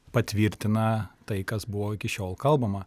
patvirtina tai kas buvo iki šiol kalbama